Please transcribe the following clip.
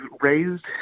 raised